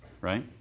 Right